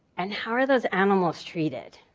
and how are those animals treated?